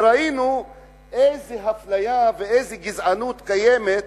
וראינו איזו אפליה ואיזו גזענות קיימות